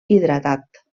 hidratat